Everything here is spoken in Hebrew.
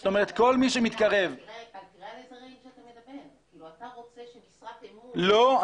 זאת אומרת כל מי שמתקרב --- כאילו אתה רוצה שמשרת אמון --- לא,